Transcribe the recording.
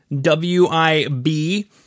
W-I-B